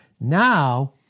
Now